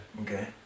Okay